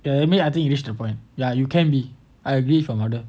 ya with me I think you reach the point ya you can be I agree with your mother